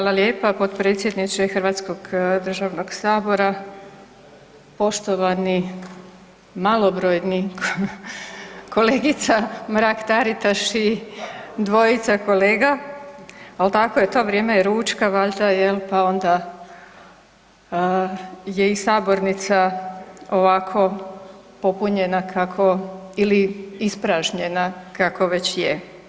Hvala lijepa potpredsjedniče Hrvatskog državnog sabora, poštovani malobrojni kolegica Mrak-Taritaš i dvojica kolega, al tako je to, vrijeme je ručka valjda jel, pa onda je i sabornica ovako popunjena kako ili ispražnjena kako već je.